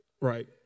right